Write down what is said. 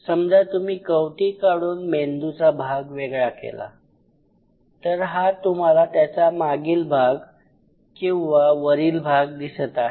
समजा तुम्ही कवटी काढून मेंदूचा भाग वेगळा केला तर हा तुम्हाला त्याचा मागील भाग किंवा वरील भाग दिसत आहे